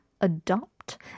adopt